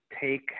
take